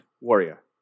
warrior